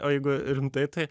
o jeigu rimtai tai